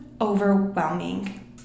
overwhelming